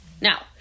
Now